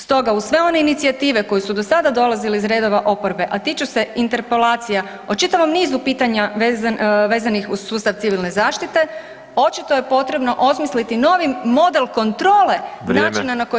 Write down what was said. Stoga uz sve one inicijative koje su do sada dolazile iz redova oporbe, a tiču se Interpelacija o čitavom nizu pitanja vezanih uz sustav Civilne zaštite, očito je potrebno osmisliti novi model kontrole načina na koji